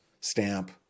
stamp